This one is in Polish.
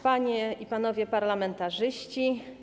Panie i Panowie Parlamentarzyści!